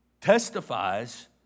testifies